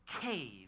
cave